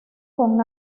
con